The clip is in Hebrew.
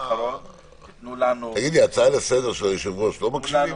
תגיד לי, להצעה לסדר של היושב-ראש לא מקשיבים?